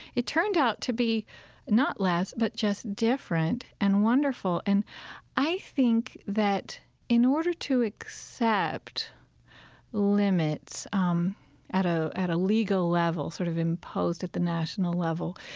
it turned out to be not less but just different and wonderful. and i think that in order to accept limits um at ah at a legal level, sort of imposed at the national level,